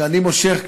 שאני מושך,